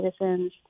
citizens